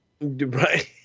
Right